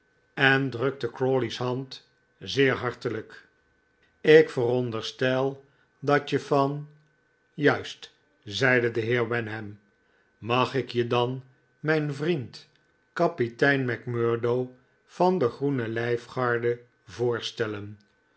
en drukte crawley's hand zeer hartelijk ik veronderstel dat je van juist zeide de heer wenham mag ik je dan mijn vriend kapitein macmurdo van de groene lijfgarde voorstellen